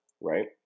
Right